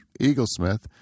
Eaglesmith